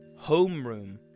homeroom